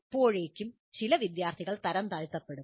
അപ്പോഴേക്കും ചില വിദ്യാർത്ഥികൾ തരംതാഴ്ത്തപ്പെടും